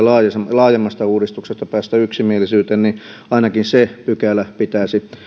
laajemmasta uudistuksesta päästä yksimielisyyteen ainakin se pykälä pitäisi